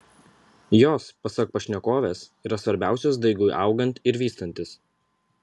jos pasak pašnekovės yra svarbiausios daigui augant ir vystantis